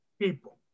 people